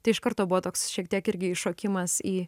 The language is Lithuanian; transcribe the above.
tai iš karto buvo toks šiek tiek irgi įšokimas į